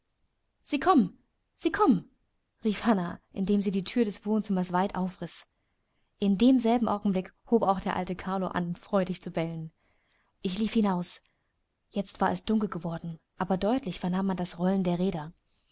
sie kommen sie kommen rief hannah indem sie die thür des wohnzimmers weit aufriß in demselben augenblick hob auch der alte carlo an freudig zu bellen ich lief hinaus jetzt war es dunkel geworden aber deutlich vernahm man das rollen der räder